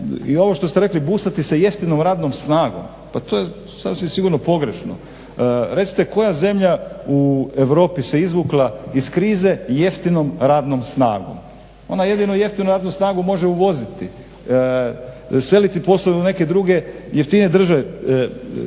I ovo što ste rekli busati se jeftinom radnom snagom pa to je sasvim sigurno pogrešno. Recite koja zemlja u Europi se izvukla iz krize jeftinom radnom snagom. Ona jedino jeftinu radnu snagu može uvoziti, seliti poslove u neke druge jeftinije države